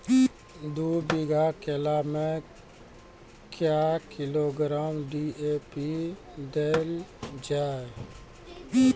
दू बीघा केला मैं क्या किलोग्राम डी.ए.पी देले जाय?